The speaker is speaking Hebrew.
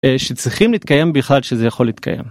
שצריכים להתקיים, בכלל שזה יכול להתקיים.